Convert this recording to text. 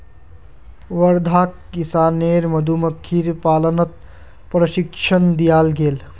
वर्धाक किसानेर मधुमक्खीर पालनत प्रशिक्षण दियाल गेल